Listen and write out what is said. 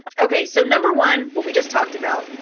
ah okay, so number one, what we just talked about,